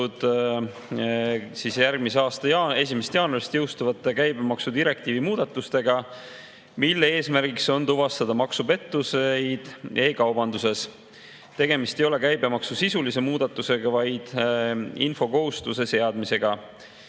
seotud järgmise aasta 1. jaanuaril jõustuvate käibemaksudirektiivi muudatustega, mille eesmärk on tuvastada maksupettuseid e-kaubanduses. Tegemist ei ole käibemaksu sisulise muudatusega, vaid infokohustuse seadmisega.